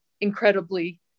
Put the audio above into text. incredibly